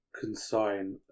consign